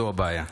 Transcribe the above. זו הבעיה.